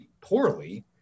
poorly